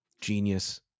Genius